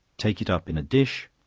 take it up in a dish,